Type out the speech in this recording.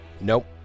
Nope